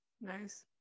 Nice